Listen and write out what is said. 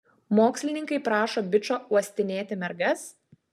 mokslininkai prašo bičo uostinėti mergas